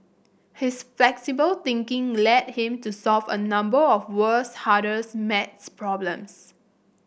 his flexible thinking led him to solve a number of world's hardest maths problems